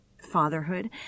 fatherhood